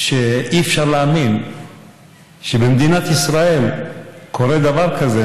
אי-אפשר להאמין שבמדינת ישראל קורה דבר כזה,